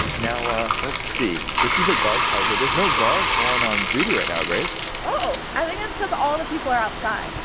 now ah let's see, this is a guard tower here. there's no guard on on duty right now, grace. oh. i think it's cause all the people are outside.